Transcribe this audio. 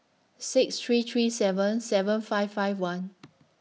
six three three seven seven five five one